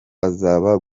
azaba